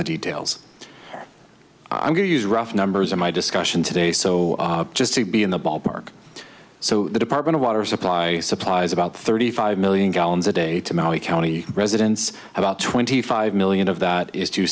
the details i'm going to use rough numbers in my discussion today so just to be in the ballpark so the department of water supply supplies about thirty five million gallons a day to maui county residents about twenty five million of that is to